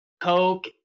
Coke